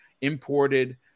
imported